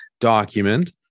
document